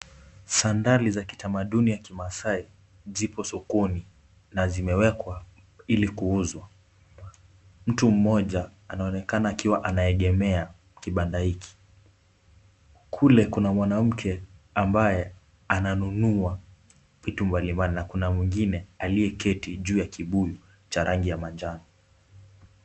Sandali za kitamaduni ya kimaasai zipo sokoni na zimewekwa ili kuuzwa. Mtu mmoja anaonekana akiwa anaegemea kibanda hiki. Kule kuna mwanamke ambaye ananunua vitu mbalimbali na kuna mwingine aliyeketi juu ya kibuyu cha rangi ya manjano.